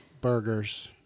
burgers